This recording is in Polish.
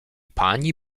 pani